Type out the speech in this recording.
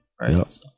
Right